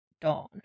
Dawn